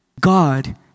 God